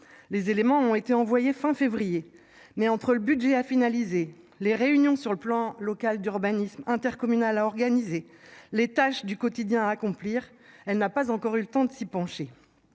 les éléments ont été envoyés fin février mais entre le budget à finaliser les réunions sur le plan local d'urbanisme intercommunal a organisé les tâches du quotidien à accomplir. Elle n'a pas encore eu le temps de s'y pencher.